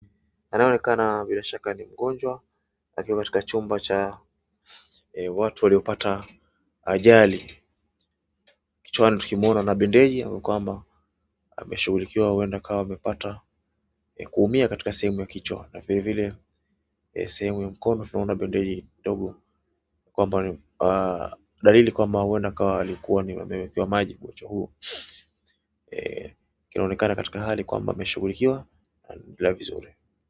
Anaonekana bila shaka ni mgonjwa akiwa katika chumba cha watu waliopata ajali. Kichwani tukimuona na bendeji ambako kwamba ameshughulikiwa huenda akawa amepata kuumia katika sehemu ya kichwa. Na vile vile eh sehemu ya mkono tunaona bendeji ndogo kwamba dalili kwamba huenda akawa alikuwa ni amewekewa maji mgonjwa huu. Kinaonekana katika hali kwamba ameshughulikiwa na anaendelea vizuri.